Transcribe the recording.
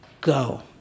Go